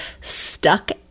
stuck